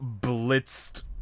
blitzed